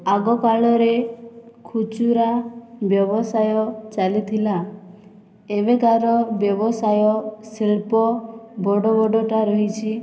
ଆଗକାଳରେ ଖୁଚୁରା ବ୍ୟବସାୟ ଚାଲିଥିଲା ଏବେ ତାର ବ୍ୟବସାୟ ଶିଳ୍ପ ବଡ଼ ବଡ଼ଟା ରହିଛି